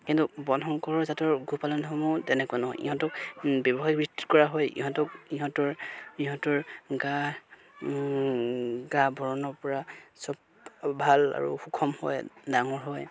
কিন্তু বৰ্ণশংকৰ জাতৰ গোপালনসমূহ তেনেকুৱা নহয় ইহঁতক ব্যৱসায়িক ভিত্তিত কৰা হয় ইহঁতক ইহঁতৰ ইহঁতৰ গা গা বৰণৰপৰা চব ভাল আৰু সুষম হয় ডাঙৰ হয়